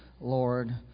Lord